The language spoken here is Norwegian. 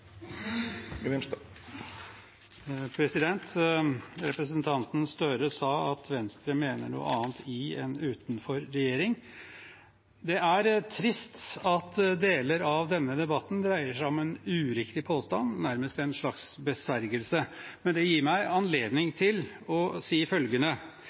Representanten Gahr Støre sa at Venstre mener noe annet i enn utenfor regjering. Det er trist at deler av denne debatten dreier seg om en uriktig påstand, nærmest en slags besvergelse, men det gir meg anledning til å si følgende: